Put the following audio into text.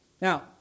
now